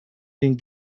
den